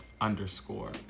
underscore